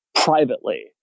privately